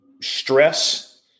stress